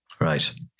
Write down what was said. Right